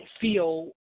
feel